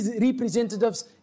representatives